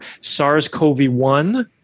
SARS-CoV-1